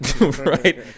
Right